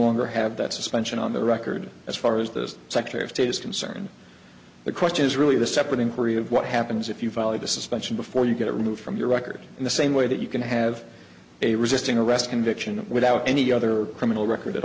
longer have that suspension on the record as far as the secretary of state is concerned the question is really the separate inquiry of what happens if you violate a suspension before you get removed from your record in the same way that you can have a resisting arrest conviction without any other criminal record at